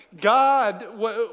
God